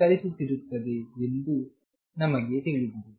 ಚಲಿಸುತ್ತಿರುತ್ತದೆ ಎಂದು ನಮಗೆ ತಿಳಿದಿದೆ